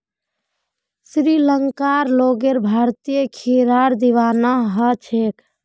श्रीलंकार लोग भारतीय खीरार दीवाना ह छेक